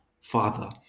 father